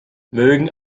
mögen